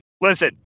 listen